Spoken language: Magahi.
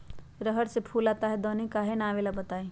रहर मे फूल आता हैं दने काहे न आबेले बताई?